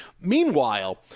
Meanwhile